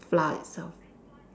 flour itself